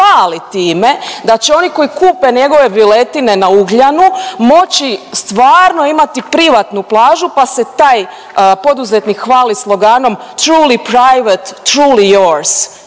hvali time da će oni koji kupe njegove viletine na Ugljanu moći stvarno imati privatnu plažu, pa se taj poduzetnik hvali sloganom …/Govornik se